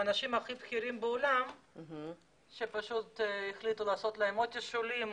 אנשים הכי בכירים בעולם שהחליטו לעשות להם תשאולים.